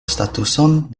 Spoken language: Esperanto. statuson